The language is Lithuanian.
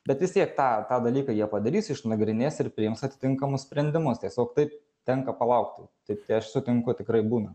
bet vis tiek tą tą dalyką jie padarys išnagrinės ir priims atitinkamus sprendimus tiesiog taip tenka palaukti taip tai aš sutinku tikrai būna